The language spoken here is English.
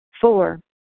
Four